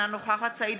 אינה נוכחת סעיד